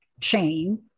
chain